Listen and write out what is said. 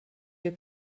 you